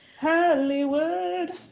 Hollywood